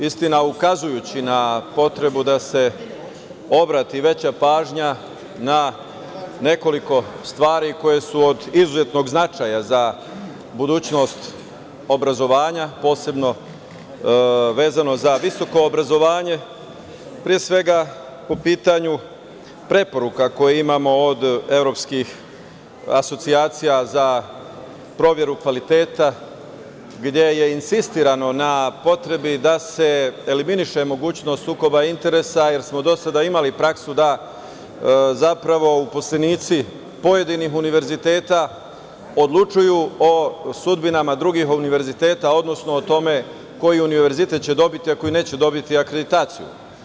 Istina, ukazujući na potrebu da se obrati veća pažnja na nekoliko stvari koje su od izuzetnog značaja za budućnost obrazovanja, posebno vezano za visoko obrazovanje, a pre svega po pitanju preporuka koje imamo od evropskih asocijacija za proveru kvaliteta, gde je insistirano na potrebi da se eliminiše mogućnost sukoba interesa, jer smo do sada imali praksu da zapravo uposlenici pojedinih univerziteta odlučuju o sudbinama drugih univerziteta, odnosno o tome koji univerzitet će dobiti, a koji neće dobiti akreditaciju.